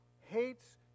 hates